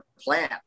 plan